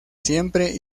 siempre